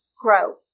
grow